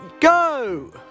go